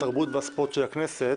התרבות והספורט של הכנסת,